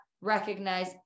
recognize